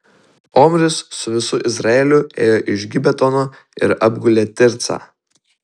omris su visu izraeliu ėjo iš gibetono ir apgulė tircą